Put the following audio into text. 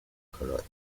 colores